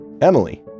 Emily